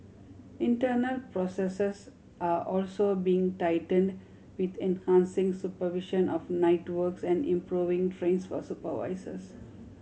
internal processes are also being tightened with enhancing supervision of night works and improving trainings for supervisors